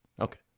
Okay